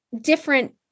different